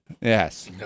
Yes